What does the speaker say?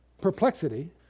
perplexity